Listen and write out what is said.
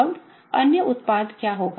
अब अन्य उत्पाद क्या होगा